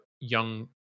young